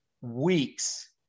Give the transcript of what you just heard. weeks